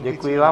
Děkuji vám.